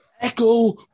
echo